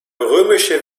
römische